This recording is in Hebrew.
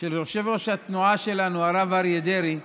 של יושב-ראש התנועה שלנו, הרב אריה דרעי,